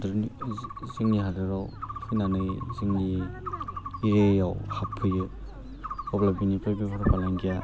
हादरनि जोंनि हादराव फैनानै जोंनि एरियाव हाबफैयो अब्ला बिनिफ्राय बेफ्रार फालांगिया